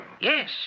Yes